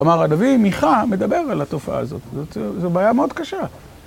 כלומר הנביא מיכה מדבר על התופעה הזאת, זו בעיה מאוד קשה.